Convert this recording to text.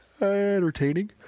entertaining